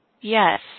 Yes